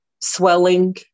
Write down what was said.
swelling